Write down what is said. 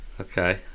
Okay